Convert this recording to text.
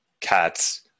cats